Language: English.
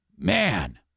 Man